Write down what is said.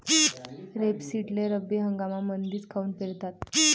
रेपसीडले रब्बी हंगामामंदीच काऊन पेरतात?